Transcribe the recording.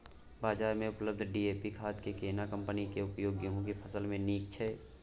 बाजार में उपलब्ध डी.ए.पी खाद के केना कम्पनी के उपयोग गेहूं के फसल में नीक छैय?